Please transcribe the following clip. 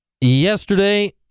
yesterday